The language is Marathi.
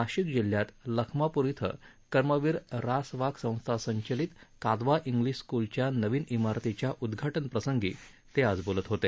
नाशिक जिल्ह्यात लखमापूर इथं कर्मवीर रास वाघ संस्था संचलित कादवा इंग्लिश स्कुलच्या नवीन इमारतीच्या उद्घाटनप्रसंगी पवार बोलत होते